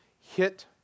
hit